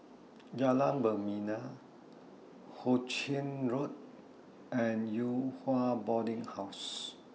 Jalan Membina Hu Ching Road and Yew Hua Boarding House